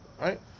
right